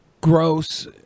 gross